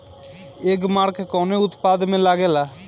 एगमार्क कवने उत्पाद मैं लगेला?